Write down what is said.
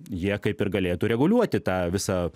jie kaip ir galėtų reguliuoti tą visą